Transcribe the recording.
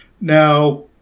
Now